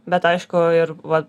bet aišku ir va